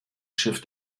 schiff